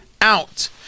out